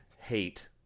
hate